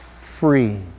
free